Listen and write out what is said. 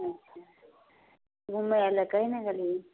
अच्छा घुमैलए कहीँ नहि गैली